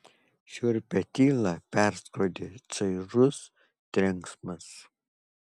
šiurpią tylą perskrodė čaižus trenksmas